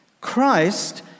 Christ